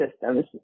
systems